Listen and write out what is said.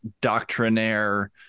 doctrinaire